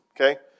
okay